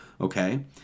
Okay